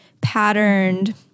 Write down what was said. patterned